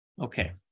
Okay